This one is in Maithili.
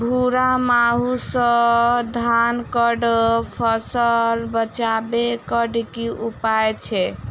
भूरा माहू सँ धान कऽ फसल बचाबै कऽ की उपाय छै?